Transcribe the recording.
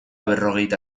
berrogeita